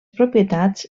propietats